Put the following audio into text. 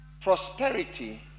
prosperity